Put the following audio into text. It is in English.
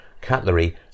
cutlery